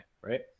right